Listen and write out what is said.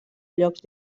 llocs